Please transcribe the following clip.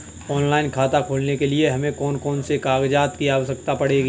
Online खाता खोलने के लिए हमें कौन कौन से कागजात की आवश्यकता पड़ेगी?